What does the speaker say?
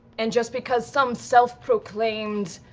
and just because some self-proclaimed